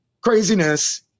craziness